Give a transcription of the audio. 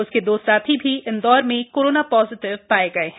उसके दो साथी भी इन्दौर में कोरोना पॉजिटिव पाये गये हैं